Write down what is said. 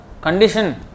condition